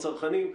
הצרכנים,